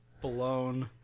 blown